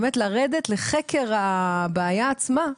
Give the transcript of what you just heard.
באמת לרדת לחקר הבעיה עצמה,